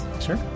Sure